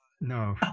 No